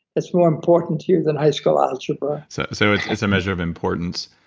it's more important to you than high school algebra so so it's it's a measure of importance.